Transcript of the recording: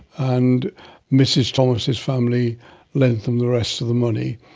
and mrs thomas's family lent them the rest of the money.